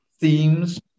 themes